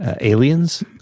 Aliens